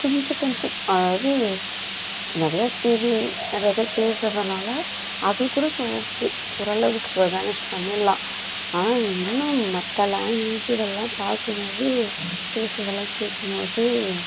கொஞ்ச கொஞ்சம் அதாவது நிறையா டிவி நிறைய பேர் பேசுகிறதுனால அதுகூட இப்போ ஓகே ஒரளவுக்கு மேனேஜ் பண்ணிடலாம் ஆனால் இன்னும் மற்ற லாங்குவேஜ் இதெல்லாம் பார்க்கும்போது பேசுறதெல்லாம் கேட்கும் போது